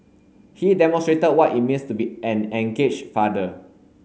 he demonstrated what it means to be an engaged father